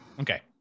okay